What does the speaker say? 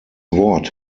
wort